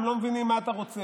והם לא מבינים מה אתה רוצה.